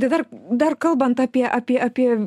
dabar dar kalbant apie apie apie